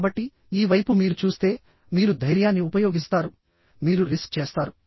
కాబట్టి ఈ వైపు మీరు చూస్తే మీరు ధైర్యాన్ని ఉపయోగిస్తారు మీరు రిస్క్ చేస్తారు